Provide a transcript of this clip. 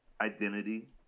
identity